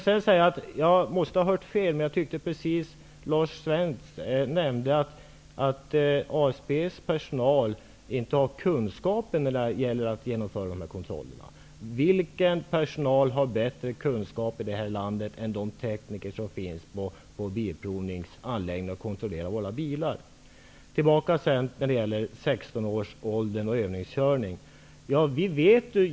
Jag måste ha hört fel, men jag tyckte precis att Lars Svensk sade att ASB:s personal inte besitter kunskaperna för att genomföra dessa kontroller. Vilken personal i det här landet har bättre kunskaper än de tekniker som finns på bilprovningsanläggningarna och som kontrollerar våra bilar? Jag återkommer till det här med övningskörning för den som fyllt 16 år.